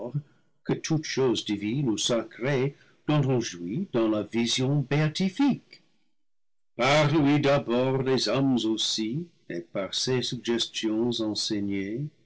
que toute chose divine ou sacrée dont on jouit dans la vision béatifique par lui d'abord les hommes aussi et par ses suggestions enseignés